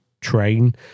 train